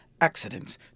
accidents